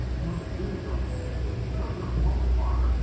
one of the beauties of cisco is because they're a fall spawner,